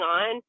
on